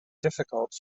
difficult